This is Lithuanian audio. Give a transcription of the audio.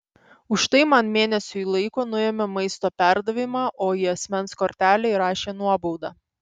už tai man mėnesiui laiko nuėmė maisto perdavimą o į asmens kortelę įrašė nuobaudą